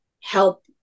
help